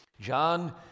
John